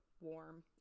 warm